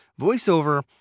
Voiceover